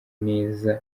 neza